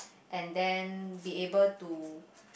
and then be able to